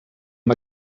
amb